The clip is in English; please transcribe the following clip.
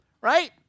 right